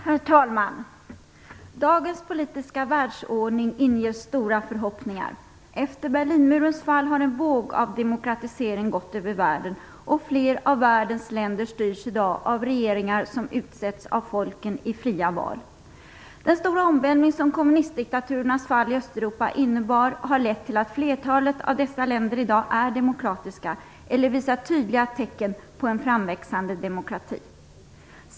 Herr talman! Dagens politiska världsordning inger stora förhoppningar. Efter Berlinmurens fall har en våg av demokratisering gått över världen, och fler av världens länder styrs i dag av regeringar som utsetts av folken i fria val. Den stora omvälvning som kommunistdiktaturernas fall i Östeuropa innebar har lett till att flertalet av dessa länder i dag är demokratiska eller visar tydliga tecken på en framväxande demokrati.